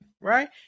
Right